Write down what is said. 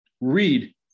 Read